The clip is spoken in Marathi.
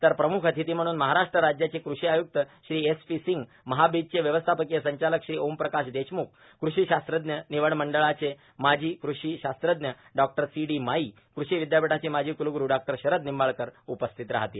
तर प्रमुख अतिथी म्हणून महाराष्ट्र राज्याचे कृषी आयुक्त श्री एस पी सिंग महाबीजचे व्यवस्थापकीय संचालक श्री ओमप्रकाश देशमुख कृषी शास्त्रज्ञ निवड मंडळाचे माजी कृषी शास्त्रज्ञ डॉ सी डी मायी कृषी विद्यापीठाचे माजी कुलगुरू डॉ शरद निंबाळकर उपस्थित राहतील